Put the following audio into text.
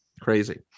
Crazy